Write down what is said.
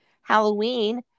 Halloween